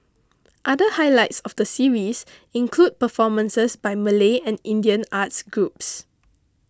other highlights of the series include performances by Malay and Indian arts groups